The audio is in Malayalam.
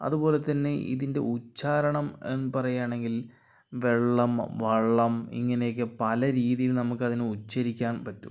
അതുപോലെതന്നെ ഇതിൻ്റെ ഉച്ചാരണം എന്ന് പറയാണെങ്കിൽ വെള്ളം വള്ളം ഇങ്ങനെയൊക്കെ പല രീതിയില് നമുക്കതിനെ ഉച്ചരിക്കാൻ പറ്റും